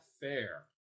fair